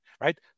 right